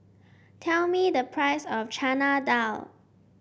tell me the price of Chana Dal